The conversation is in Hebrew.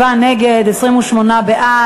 47 נגד, 28 בעד.